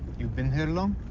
you've been here long?